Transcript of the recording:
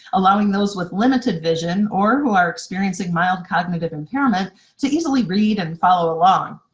allowing those with limited vision or who are experiencing mild cognitive impairment to easily read and follow along.